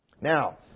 Now